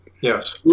Yes